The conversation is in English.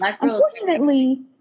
Unfortunately